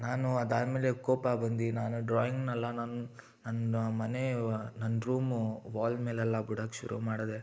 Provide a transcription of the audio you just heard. ನಾನು ಅದಾದಮೇಲೆ ಕೋಪ ಬಂದು ನಾನು ಡ್ರಾಯಿಂಗ್ನೆಲ್ಲ ನಾನು ನಂದು ಮನೆಯ ನಂದು ರೂಮು ವಾಲ್ ಮೇಲೆಲ್ಲ ಬಿಡೋಕೆ ಶುರು ಮಾಡಿದೆ